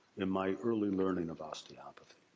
in my early learning of osteopathy.